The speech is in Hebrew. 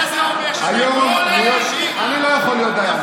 אני לא יכול להיות דיין.